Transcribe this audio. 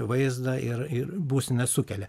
vaizdą ir ir būseną sukelia